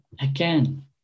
again